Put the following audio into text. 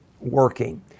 working